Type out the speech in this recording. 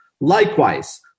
Likewise